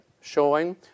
showing